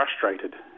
frustrated